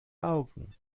augen